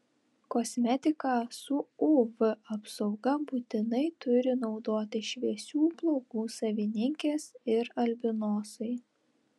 kosmetiką su uv apsauga būtinai turi naudoti šviesių plaukų savininkės ir albinosai